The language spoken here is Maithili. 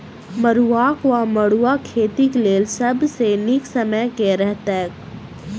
मरुआक वा मड़ुआ खेतीक लेल सब सऽ नीक समय केँ रहतैक?